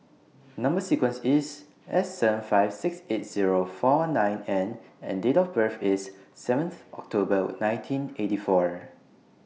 Number sequence IS S seven five six eight Zero four nine N and Date of birth IS seventh October nineteen eighty four